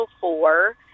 four